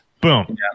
Boom